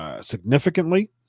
Significantly